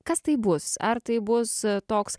kas tai bus ar tai bus toks